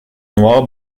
noire